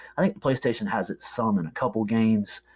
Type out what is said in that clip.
i think playstation has some in a couple games.